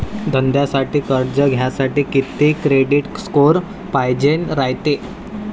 धंद्यासाठी कर्ज घ्यासाठी कितीक क्रेडिट स्कोर पायजेन रायते?